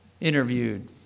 interviewed